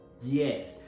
yes